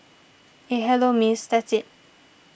eh hello Miss that's it